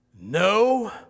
no